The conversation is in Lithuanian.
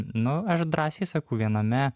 nu aš drąsiai sakau viename